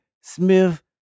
Smith